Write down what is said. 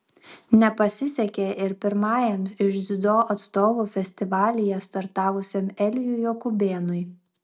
nepasisekė ir pirmajam iš dziudo atstovų festivalyje startavusiam elijui jokubėnui